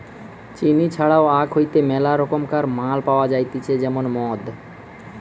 চিনি ছাড়াও আখ হইতে মেলা রকমকার মাল পাওয়া যাইতেছে যেমন মদ